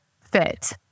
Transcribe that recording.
fit